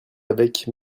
avec